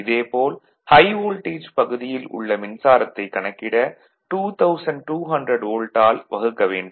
இதே போல் high voltage பகுதியில் உள்ள மின்சாரத்தை கணக்கிட 2200 வோல்ட் ஆல் வகுக்க வேண்டும்